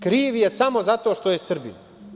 Kriv je samo zato što je Srbin.